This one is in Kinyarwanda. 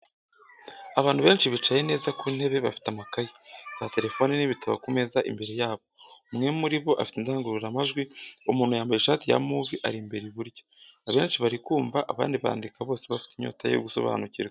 Abantu benshi bicaye neza ku ntebe bafite amakayi, za telefone n'ibitabo ku meza imbere yabo. Umwe muri bo afite indangururamajwi, uwo muntu wambaye ishati ya move ari imbere iburyo, Abenshi bari kumva, abandi bandika bose bafite inyota yo gusobanukirwa.